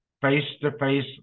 face-to-face